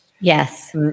yes